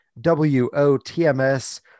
w-o-t-m-s